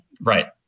right